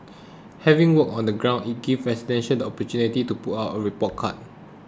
having worked on the ground it gives residents the opportunity to put out a report card